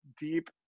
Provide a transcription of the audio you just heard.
deep